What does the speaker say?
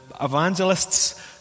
evangelists